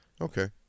Okay